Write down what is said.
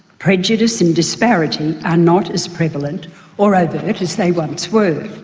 prejudice and disparity are not as prevalent or overt as they once were.